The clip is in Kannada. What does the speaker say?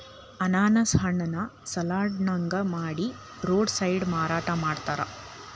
ಅನಾನಸ್ ಹಣ್ಣನ್ನ ಸಲಾಡ್ ನಂಗ ಮಾಡಿ ರೋಡ್ ಸೈಡ್ ಮಾರಾಟ ಮಾಡ್ತಾರ